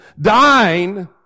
dying